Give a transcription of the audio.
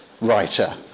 writer